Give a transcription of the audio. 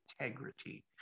integrity